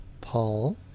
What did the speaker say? Paul